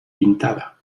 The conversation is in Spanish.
pintaba